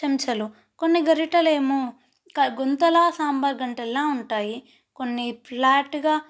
చెంచాలు కొన్ని గెరిటలు ఏమో క గుంతల సాంబారు గంటల్లా ఉంటే కొన్ని ఫ్లాట్గా